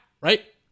right